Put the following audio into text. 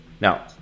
Now